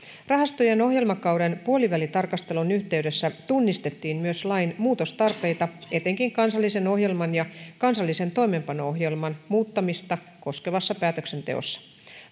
rahastojen ohjelmakauden puolivälitarkastelun yhteydessä tunnistettiin myös lain muutostarpeita etenkin kansallisen ohjelman ja kansallisen toimeenpano ohjelman muuttamista koskevassa päätöksenteossa